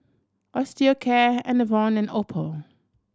Osteocare Enervon and Oppo